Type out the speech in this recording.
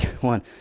One